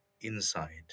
inside